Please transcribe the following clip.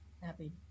Happy